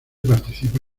participa